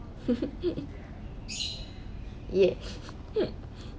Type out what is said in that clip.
yeah